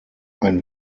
ein